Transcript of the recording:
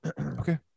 okay